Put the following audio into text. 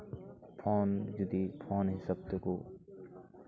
phone ᱡᱩᱫᱤ phone ᱦᱤᱥᱟᱹᱵ ᱛᱮᱠᱚ